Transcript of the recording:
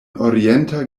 orienta